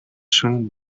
шөнө